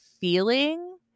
feeling